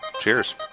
cheers